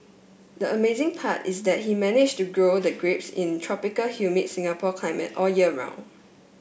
the amazing part is that he managed to grow the grapes in tropical humid Singapore climate all year round